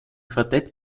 quartett